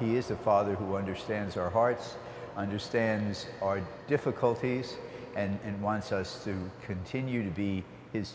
he is a father who understands our hearts understands our difficulties and wants us to continue to be his